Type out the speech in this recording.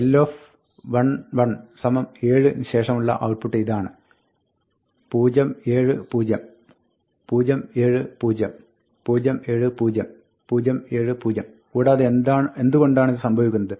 L11 7 ന് ശേഷമുള്ള output ഇതാണ് 0 7 0 0 7 0 0 7 0 0 7 0 കൂടാതെ എന്തുകൊണ്ടാണിത് സംഭവിക്കുന്നത്